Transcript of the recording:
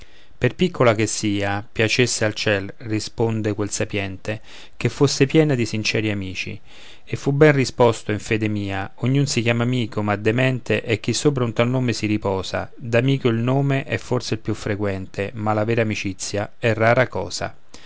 per piccola che sia piacesse al ciel risponde quel sapiente che fosse piena di sinceri amici e fu bene risposto in fede mia ognun si chiama amico ma demente è chi sopra un tal nome si riposa d'amico il nome è forse il più frequente ma la vera amicizia è rara cosa